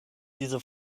diese